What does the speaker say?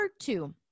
two